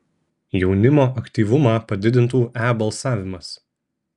jaunimo aktyvumą padidintų e balsavimas